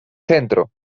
centro